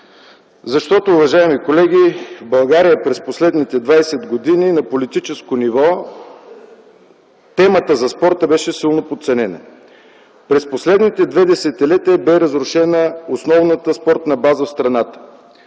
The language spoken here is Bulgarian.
Защото, уважаеми колеги, в България през последните 20 години на политическо ниво темата за спорта беше силно подценена. През последните две десетилетия бе разрушена основната спортна база в страната.